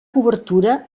cobertura